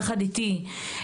יחד איתי,